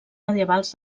medievals